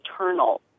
eternal